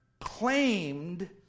claimed